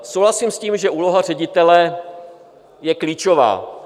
Souhlasím s tím, že úloha ředitele je klíčová.